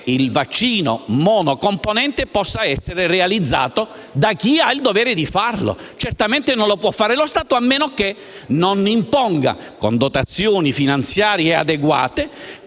il vaccino monocomponente possa essere realizzato da chi ha il dovere di farlo. Certamente non può farlo lo Stato, a meno che non imponga, con dotazioni finanziarie adeguate,